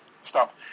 Stop